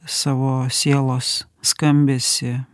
savo sielos skambesį